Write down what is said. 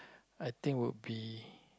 I think would be